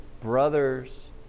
brothers